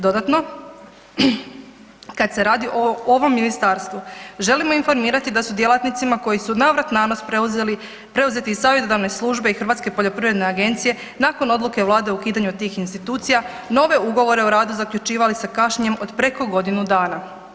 Dodatno, kad se radi o ovom Ministarstvu želimo informirati da su djelatnici koji su navrat-nanos preuzeti iz Savjetodavne službe i Hrvatske poljoprivredne agencije nakon odluke Vlade o ukidanju tih institucija, nove ugovore o radu zaključivali sa kašnjenjem od preko godinu dana.